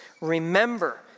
Remember